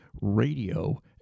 radio